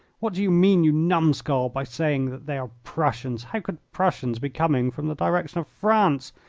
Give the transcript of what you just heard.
what do you mean, you numskull, by saying that they are prussians? how could prussians be coming from the direction of france?